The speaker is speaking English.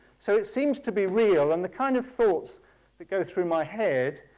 so it seems to be real and the kind of thoughts that go through my head